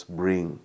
bring